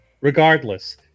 regardless